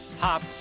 Hop